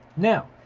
now,